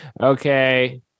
Okay